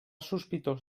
sospitós